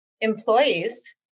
employees